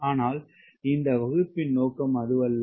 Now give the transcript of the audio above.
ஆனால் இந்த வகுப்பின் நோக்கம் அதுவல்ல